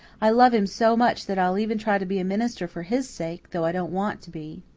i love him so much that i'll even try to be a minister for his sake, though i don't want to be.